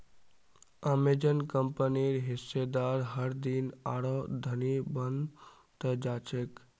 Amazon कंपनीर हिस्सेदार हरदिन आरोह धनी बन त जा छेक